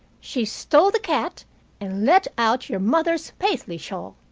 she stole the cat and let out your mother's paisley shawl.